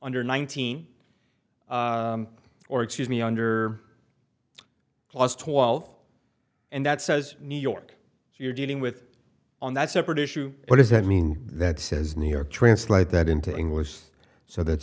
under nineteen or excuse me under last twelve and that says new york you're dealing with on that separate issue what does that mean that says new york translate that into english so that